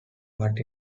but